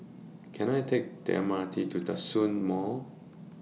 Can I Take The M R T to Djitsun Mall